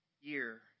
year